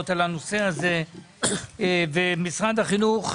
גם שלי,